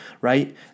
right